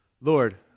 Lord